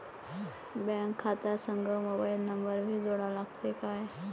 Bank खात्या संग mobile number भी जोडा लागते काय?